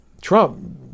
Trump